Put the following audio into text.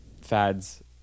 fads